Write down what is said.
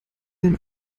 den